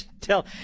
tell